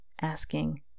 Asking